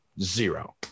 Zero